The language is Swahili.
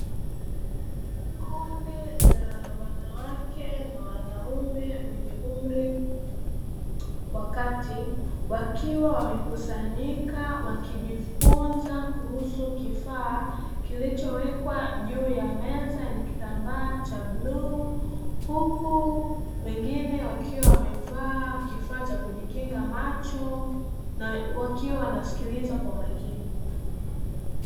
Kundi la wanawake na wanaume wenye umri wakati wakiwa wamekusanyika wakijifunza kuhusu kifaa kilichowekwa juu ya meza yenye kitambaa cha bluu, huku wengine wakiwa wamevaa kifaa cha kujikinga macho wakiwa wanasikiliza kwa makini.